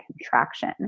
contraction